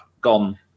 gone